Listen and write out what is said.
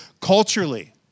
culturally